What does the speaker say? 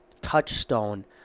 touchstone